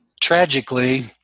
Tragically